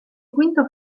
quinto